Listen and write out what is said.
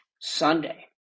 Sunday